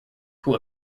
who